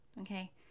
okay